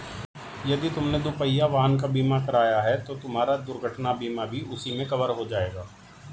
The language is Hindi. यदि तुमने दुपहिया वाहन का बीमा कराया है तो तुम्हारा दुर्घटना बीमा भी उसी में कवर हो जाएगा